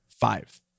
five